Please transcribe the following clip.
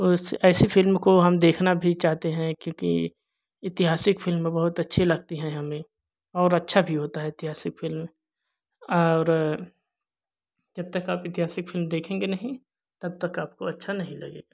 उस ऐसी फ़िल्म को हम देखना भी चाहते हैं क्योंकि इतिहासिक फ़िल्म बहुत अच्छी लगती हैं हमें और अच्छी भी होती है इतिहासिक फ़िल्म और जब तक आप इतिहासिक फ़िल्म देखेंगे नहीं तब तक आपको अच्छा नहीं लगेगा